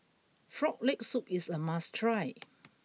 frog leg soup is a must try